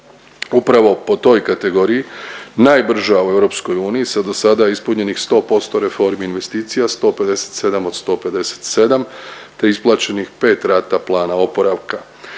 upravo po toj kategoriji najbrža u EU sa do sada ispunjenih 100% reformi investicija, 157 od 157 te isplaćenih pet rata plana oporavka.